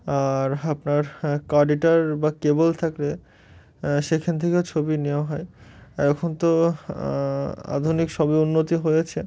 আর আপনার কডিটার বা কেবল থাকলে সেখান থেকেও ছবি নেওয়া হয় এখন তো আধুনিক সবই উন্নতি হয়েছে